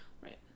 right